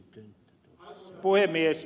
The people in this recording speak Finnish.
arvoisa puhemies